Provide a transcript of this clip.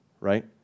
right